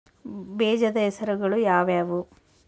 ಬೇಜದ ಹೆಸರುಗಳು ಯಾವ್ಯಾವು?